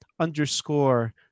Underscore